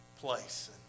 place